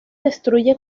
destruye